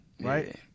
right